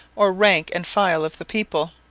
or rank and file of the people.